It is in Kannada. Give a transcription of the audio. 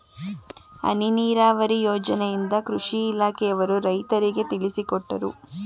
ಹನಿ ನೀರಾವರಿ ಯೋಜನೆಯಿಂದ ಕೃಷಿ ಇಲಾಖೆಯವರು ರೈತರಿಗೆ ತಿಳಿಸಿಕೊಟ್ಟರು